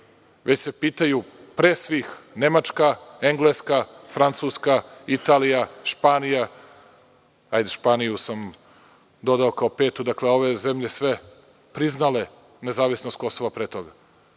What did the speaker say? već se pitaju pre svih Nemačka, Engleska, Francuska, Italija, Španija. Španiju sam dodao kao petu, dakle ove su zemlje sve priznale nezavisnost Kosova. Morate